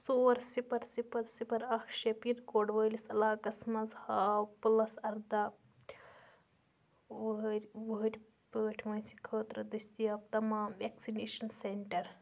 ژور صِفَر صِفَر صِفَر اَکھ شےٚ پِن کوڈ وٲلِس علاقس مَنٛز ہاو پُلَس اَرداہ وُہٕرۍ وُہٕرۍ پٲٹھۍ وٲنٛسہِ خٲطرٕ دٔستیاب تمام وٮ۪کسِنیشَن سٮ۪نٛٹَر